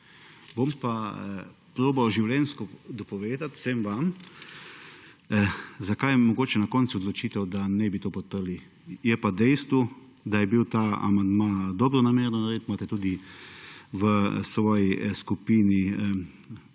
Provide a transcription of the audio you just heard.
Bom pa probal življenjsko dopovedat vsem vam, zakaj je mogoče na koncu odločitev, da ne bi to podprli, je pa dejstvo, da je bil ta amandma dobro namerno narejen, imate tudi v svoji skupini